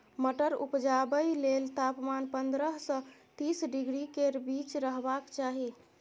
मटर उपजाबै लेल तापमान पंद्रह सँ तीस डिग्री केर बीच रहबाक चाही